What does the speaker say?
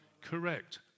Correct